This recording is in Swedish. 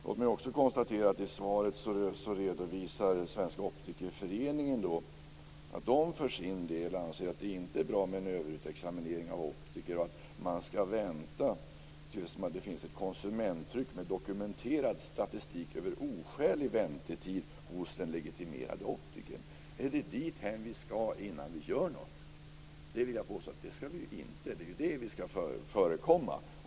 Låt mig också säga att Svenska optikerföreningen för sin del anser att det inte är bra med en överutexaminering av optiker. Man skall vänta tills det finns ett konsumenttryck med dokumenterad statistik över oskäliga väntetider hos en legitimerad optiker. Är det dithän vi skall komma innan vi gör någonting? Det skall vi inte. Det är det vi skall förekomma.